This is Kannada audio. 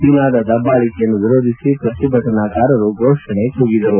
ಚೀನಾದ ದಬ್ಬಾಳಿಕೆಯನ್ನು ವಿರೋಧಿಸಿ ಪ್ರತಿಭಟನಾಕಾರರು ಘೋಷಣೆಗಳನ್ನು ಕೂಗಿದರು